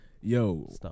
yo